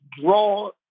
draw